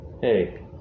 hey